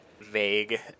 vague